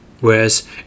whereas